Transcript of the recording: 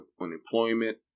unemployment